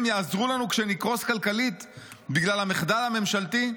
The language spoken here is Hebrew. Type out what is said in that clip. יעזרו לנו כשנקרוס כלכלית בגלל המחדל הממשלתי?